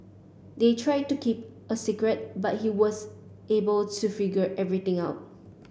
they tried to keep a secret but he was able to figure everything out